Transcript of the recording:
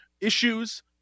issues